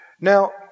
Now